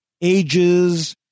ages